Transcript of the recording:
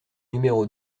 numéro